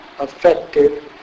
effective